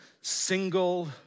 single